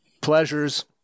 pleasures